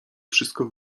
wszystko